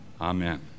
Amen